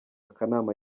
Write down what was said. akanama